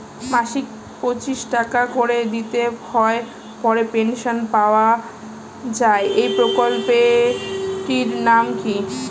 মাসিক পঁচিশ টাকা করে দিতে হয় পরে পেনশন পাওয়া যায় এই প্রকল্পে টির নাম কি?